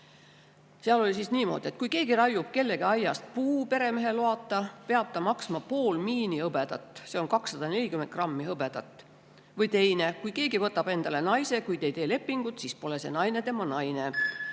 Seal oli kirjas niimoodi: kui keegi raiub kellegi aiast puu peremehe loata, peab ta maksma pool miini hõbedat, see on 240 grammi hõbedat. Või teine: kui keegi võtab endale naise, kuid ei tee lepingut, siis pole see naine tema naine.